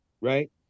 Right